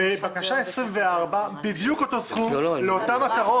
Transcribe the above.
בבקשה 24 בדיוק אותו סכום לאותן מטרות.